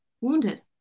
wounded